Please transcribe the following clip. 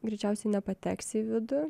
greičiausiai nepateksi į vidų